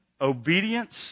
Obedience